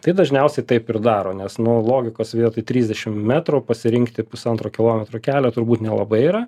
tai dažniausiai taip ir daro nes nu logikos vietoj trisdešim metrų pasirinkti pusantro kilometro kelio turbūt nelabai yra